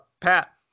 Pat